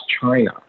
china